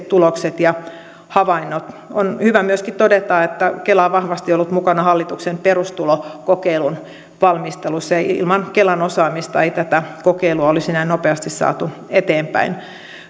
tulokset ja havainnot on hyvä myöskin todeta että kela on vahvasti ollut mukana hallituksen perustulokokeilun valmistelussa ja ilman kelan osaamista ei tätä kokeilua olisi näin nopeasti saatu eteenpäin